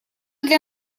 для